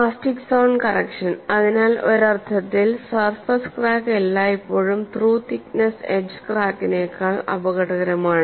plastic zone correction അതിനാൽ ഒരർത്ഥത്തിൽ surface crack എല്ലായ്പ്പോഴും ത്രൂ തിക്നെസ്സ് എഡ്ജ് ക്രാക്കിനേക്കാൾ അപകടകരമാണ്